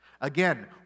Again